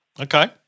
Okay